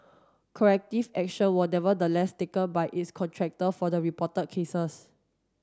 corrective action were nevertheless taken by its contractor for the reported cases